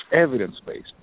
evidence-based